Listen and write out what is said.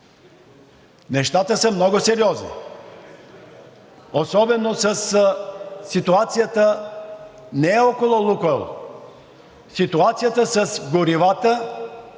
Нещата са много сериозни! Особено със ситуацията не около „Лукойл“, ситуацията с горивата,